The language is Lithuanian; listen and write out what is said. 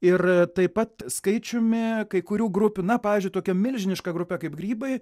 ir taip pat skaičiumi kai kurių grupių na pavyzdžiui tokia milžiniška grupė kaip grybai